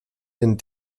and